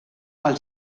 als